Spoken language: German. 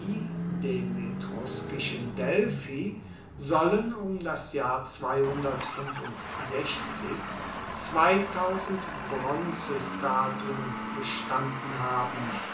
dem etruskischen delphi sollen um das jahr zweitausend bronzestatuen gestanden haben